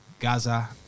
Gaza